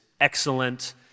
excellent